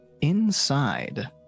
inside